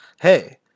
Hey